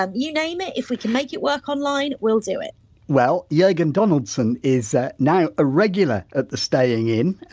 um you name it, if we can make it work online, we'll do it well, jurgen donaldson is now a regular at the staying inn,